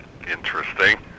interesting